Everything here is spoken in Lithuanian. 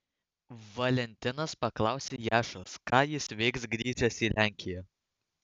valentinas paklausė jašos ką jis veiks grįžęs į lenkiją